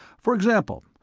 for example,